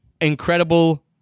Incredible